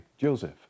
Joseph